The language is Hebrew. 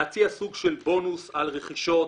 להציע סוג של בונוס על רכישות,